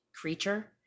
creature